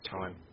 time